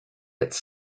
its